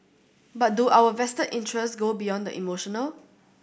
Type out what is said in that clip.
but do our vested interest go beyond the emotional